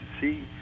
see